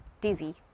dizzy